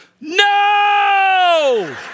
No